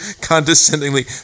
condescendingly